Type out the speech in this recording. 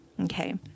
okay